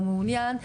או מעוניין,